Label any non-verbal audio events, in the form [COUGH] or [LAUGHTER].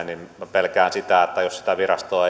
[UNINTELLIGIBLE] niin minä pelkään sitä että jos sitä virastoa [UNINTELLIGIBLE]